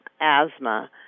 asthma